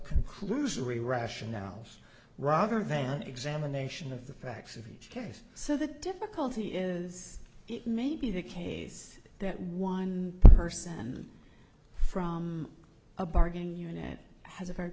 conclusory rationales rather than examination of the facts of each case so the difficulty is it may be the case that one person from a bargain unit has a very